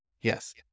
Yes